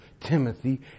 Timothy